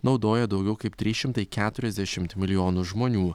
naudoja daugiau kaip trys šimtai keturiasdešimt milijonų žmonių